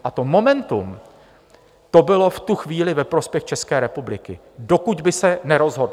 A to momentum, to bylo v tu chvíli ve prospěch České republiky, dokud by se nerozhodlo.